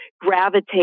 gravitate